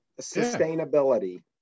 sustainability